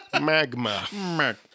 Magma